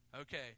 Okay